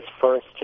first